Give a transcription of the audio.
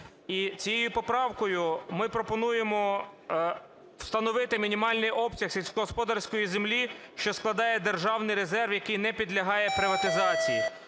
цією поправкою ми пропонуємо встановити мінімальний обсяг сільськогосподарської землі, що складає державний резерв, який не підлягає приватизації.